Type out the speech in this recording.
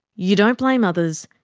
you don't blame others,